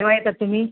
केव्हा येतात तुम्ही